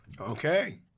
Okay